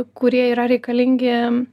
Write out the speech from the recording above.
kurie yra reikalingi